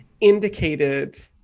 indicated